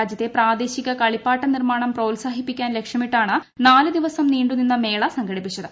രാജ്യത്തെ പ്രാദേശിക കളിപ്പാട്ട നിർമ്മാണം പ്രോത്സാഹിപ്പിക്കാൻ ലക്ഷ്യമിട്ടാണ് നാല് ദിവസം നീണ്ടു നിന്ന മേള സംഘടിപ്പിച്ചത്